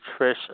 Trish